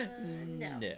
No